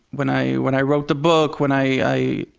when i, when i wrote the book, when i,